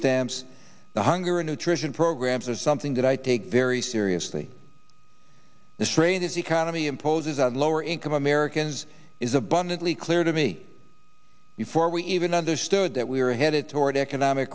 stamps the hunger and nutrition programs are something that i take very seriously the strain is economy imposes on lower income americans is abundantly clear to me before we even understood that we are headed toward economic